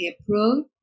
April